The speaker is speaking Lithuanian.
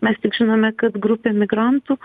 mes tik žinome kad grupė migrantų